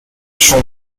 shown